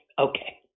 Okay